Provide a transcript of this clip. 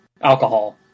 alcohol